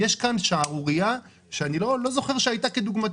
יש פה שערורייה שאיני זוכר כמותה.